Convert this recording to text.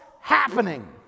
happening